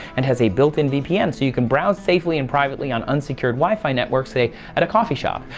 and has a built in vpn so you can browse safely and privately on unsecured wi fi networks say at a coffee shop.